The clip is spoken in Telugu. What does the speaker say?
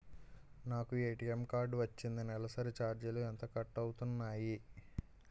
నాకు ఏ.టీ.ఎం కార్డ్ వచ్చింది నెలసరి ఛార్జీలు ఎంత కట్ అవ్తున్నాయి?